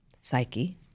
psyche